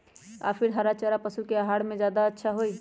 या फिर हरा चारा पशु के आहार में ज्यादा अच्छा होई?